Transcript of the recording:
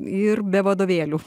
ir be vadovėlių